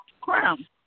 crown